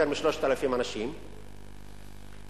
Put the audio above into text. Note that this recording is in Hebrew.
יותר מ-3,000 אנשים נסקרו,